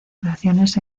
relaciones